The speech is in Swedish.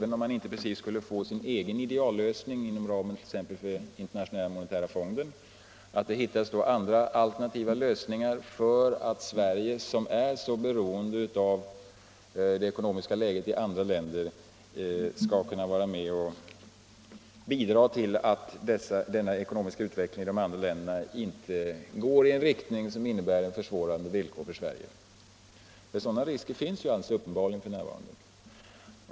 Även om vi inte precis kan få vår egen ideallösning inom ramen för Internationella monetära fonden är det ett intresse för oss att man finner andra lösningar, så att Sverige - som är mycket beroende av det ekonomiska läget i andra länder — skall kunna vara med och bidra till att denna ekonomiska utveckling i de andra länderna inte går i en riktning som innebär försvårande villkor för vårt land. Sådana risker finns alldeles uppenbart f.n.